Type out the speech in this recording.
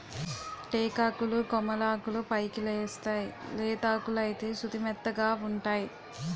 టేకాకులు కొమ్మలాకులు పైకెలేస్తేయ్ లేతాకులైతే సుతిమెత్తగావుంటై